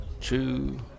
Two